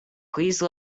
please